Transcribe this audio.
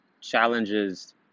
challenges